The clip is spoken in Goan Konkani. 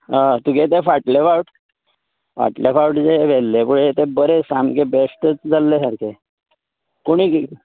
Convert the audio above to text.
आं तुगे ते फाटले फावट फाटले फावट जे व्हेल्ले पळय ते बरें सामके बश्टच जाल्ले सामके कोणी